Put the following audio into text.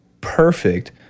perfect